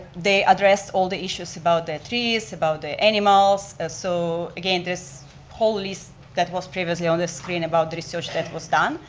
they address all the issues about the trees, about the animals, ah so again, this whole list that was previously on the screen about the research that was done,